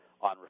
on